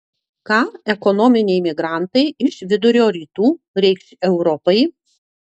ką ekonominiai migrantai iš vidurio rytų reikš europai